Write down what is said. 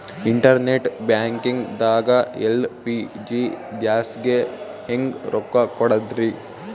Internet banking ದಾಗ LPG ಗ್ಯಾಸ್ಗೆ ಹೆಂಗ್ ರೊಕ್ಕ ಕೊಡದ್ರಿ?